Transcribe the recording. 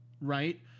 right